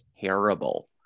terrible